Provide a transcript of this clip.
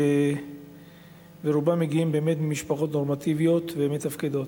ורובם מגיעים באמת ממשפחות נורמטיביות ומתפקדות.